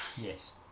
Yes